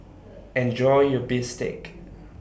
Enjoy your Bistake